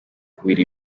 kubira